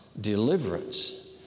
deliverance